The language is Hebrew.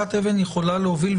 זריקת אבן יכולה להוביל,